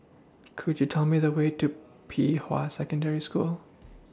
Could YOU Tell Me The Way to Pei Hwa Secondary School